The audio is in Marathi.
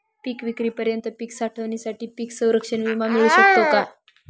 पिकविक्रीपर्यंत पीक साठवणीसाठी पीक संरक्षण विमा मिळू शकतो का?